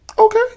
Okay